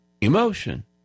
emotion